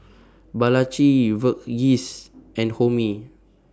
Balaji Verghese and Homi